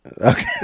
Okay